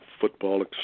football